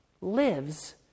lives